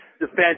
defense